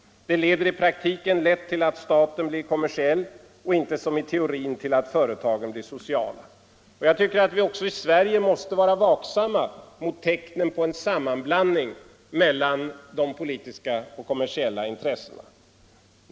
Det leder i praktiken lätt till att staten blir kommersiell och inte, som i teorin, till att företagen blir sociala. Jag tycker att vi också i Sverige måste vara vaksamma mot tecknen på en sammanblandning mellan de politiska och de kommersiella intressena.